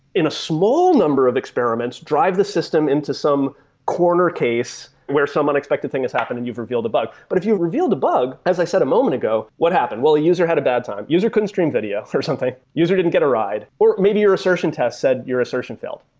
in a small number of experiments drive the system into some corner case where some unexpected thing has happened and you've revealed a bug. but if you reveal the bug, as i said a moment ago, what happened? well, a user had a bad time. a user couldn't stream video or something. user didn't get a ride, or maybe your assertion test said your assertion failed.